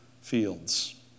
fields